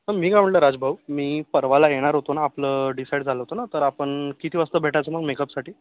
मी काय म्हटलं राज भाऊ मी परवाला येणार होतो ना आपलं डिसाईड झालं होतं ना तर आपण किती वाजता भेटायचं मग मेकअपसाठी